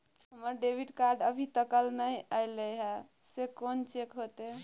हमर debit card अभी तकल नय अयले हैं, से कोन चेक होतै?